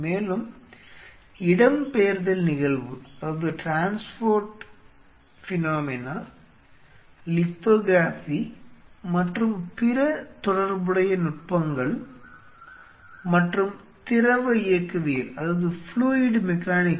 மேலும் இடம்பெயர்தல் நிகழ்வு லித்தோகிராஃபி மற்றும் பிற தொடர்புடைய நுட்பங்கள் மற்றும் திரவ இயக்கவியல் fluid mechanics